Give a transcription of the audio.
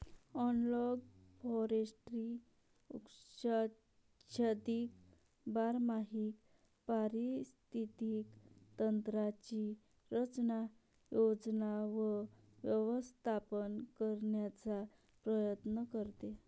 analogue forestry वृक्षाच्छादित बारमाही पारिस्थितिक तंत्रांची रचना, योजना व व्यवस्थापन करण्याचा प्रयत्न करते